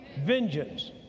Vengeance